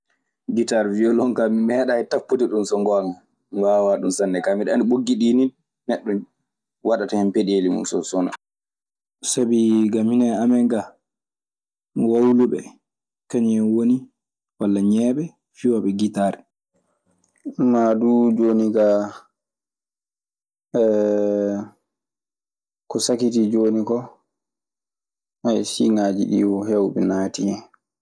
Gitar violon kaa mi meeɗaali tampude ɗum so ngoonga. Mi waawaa ɗum sanne, ka mi ɗe anndi ɓoggiɗiini neɗɗo waɗata hen peɗeeli mum so sona. Sabii ga minen amen gaa, wawluɓe kañun en woni- Walla ñeeɓe fiyooɓe gitaar. Maa duu jooni kaa, ko sakitii jooni ko siiŋaaji ɗii won heewɓe naatii hen.